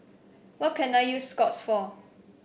what can I use Scott's for